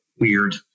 weird